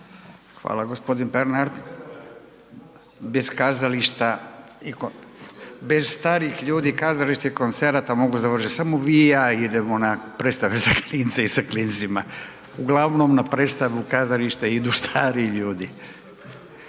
Hvala gospodin Pernar. Bez kazališta, bez starijih ljudi kazališta i koncerata mogu završiti, samo vi i ja idemo na predstave za klince i sa klincima. Uglavnom na predstavu kazališta idu stariji ljudi.